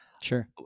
sure